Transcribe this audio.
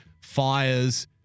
fires